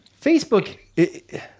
Facebook